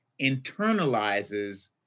internalizes